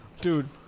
dude